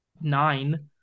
nine